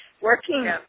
working